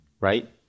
Right